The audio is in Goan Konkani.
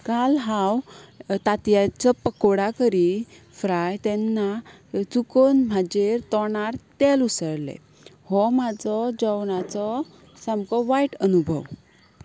काल हांव तातयचो पकोडा करी फ्राय तेन्ना चुकून म्हजेर तोंडार तेल उसळ्ळें हो म्हजो जेवणाचो सामको वायट अनुभव